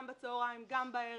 גם בצהריים וגם בערב.